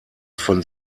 von